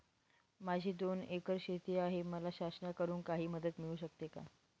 माझी दोन एकर शेती आहे, मला शासनाकडून काही मदत मिळू शकते का?